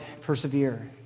Persevere